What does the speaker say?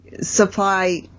supply